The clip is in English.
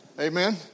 Amen